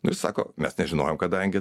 ir sako mes nežinojom kadangi